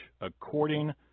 according